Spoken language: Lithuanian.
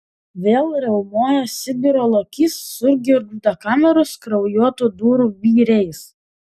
vėl riaumoja sibiro lokys sugirgžda kameros kraujuotų durų vyriais